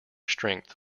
strength